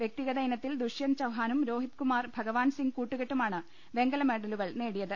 വൃക്തി ഗത ഇനത്തിൽ ദുഷ്യന്ത് ചൌഹാനും രോഹിത്കുമാർ ഭഗവാൻ സിംഗ് കൂട്ടുകെട്ടുമാണ് ഉപങ്കല് മെഡലുകൾ നേടിയത്